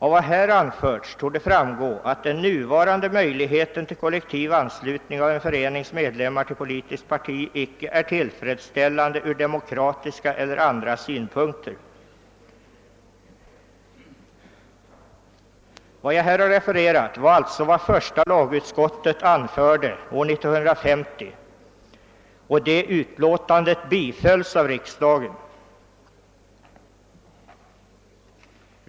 Av vad här anförts torde framgå, att den nuvarande möjligheten till kollektiv anslutning av en förenings medlemmar till politiskt parti icke är tillfredsställande ur demokratiska eller andra synpunkter.» Vad jag här har refererat var alltså vad första lagutskottet anförde år 1950, och utskottets hemställan bifölls av riksdagen.